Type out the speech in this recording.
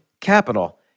capital